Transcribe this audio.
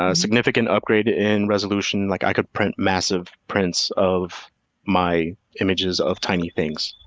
ah significant upgrade in resolution. like i could print massive prints of my images of tiny things,